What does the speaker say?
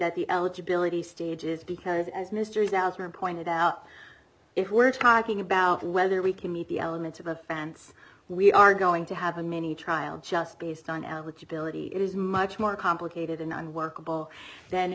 at the eligibility stages because as mystery's ousmane pointed out if we're talking about whether we can meet the elements of offense we are going to have a mini trial just based on eligibility it is much more complicated and unworkable th